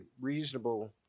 reasonable